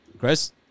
Chris